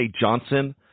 Johnson